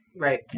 Right